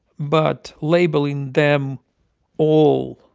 but labeling them all